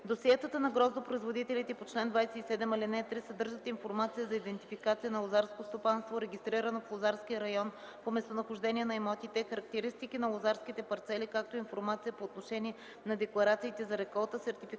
Досиетата на гроздопроизводителите по чл. 27, ал. 3 съдържат информация за идентификация на лозарско стопанство, регистрирано в лозарския район по местонахождение на имотите, характеристики на лозарските парцели, както и информация по отношение на декларациите за реколта, сертификати